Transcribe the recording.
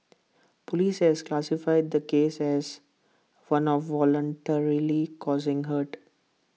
Police have classified the case as one of voluntarily causing hurt